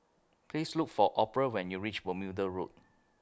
Please Look For Orpha when YOU REACH Bermuda Road